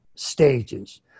stages